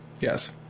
Yes